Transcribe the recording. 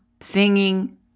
singing